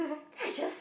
then I just